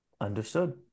Understood